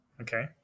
Okay